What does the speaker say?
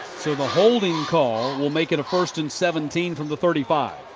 so the holding call will make it a first and seventeen from the thirty five.